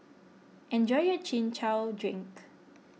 enjoy your Chin Chow Drink